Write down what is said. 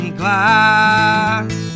glass